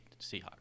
Seahawks